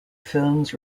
films